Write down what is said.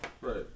Right